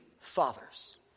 fathers